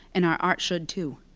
and our art should too.